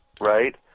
right